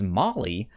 molly